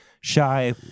shy